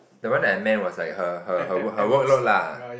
the one that I meant was like her her her workload lah